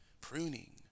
pruning